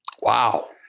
Wow